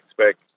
expect